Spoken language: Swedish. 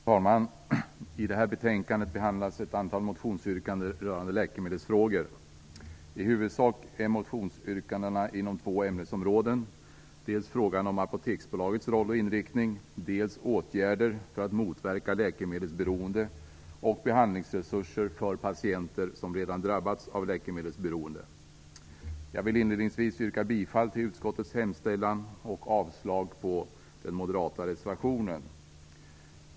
Fru talman! I det här betänkandet behandlas ett antal motionsyrkanden rörande läkemedelsfrågor. I huvudsak handlar motionsyrkandena om två ämnesområden: dels frågan om Apoteksbolagets roll och inriktning, dels behandlingsresurser för patienter som redan drabbats av läkemedelsberoende och åtgärder för att motverka läkemedelsberoende. Jag vill inledningsvis yrka bifall till utskottets hemställan och avslag på den moderata reservationen.